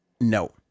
No